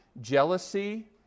jealousy